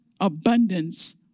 abundance